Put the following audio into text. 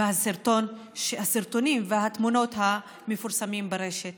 הסרטונים והתמונות המפורסמות ברשת,